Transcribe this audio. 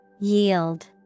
Yield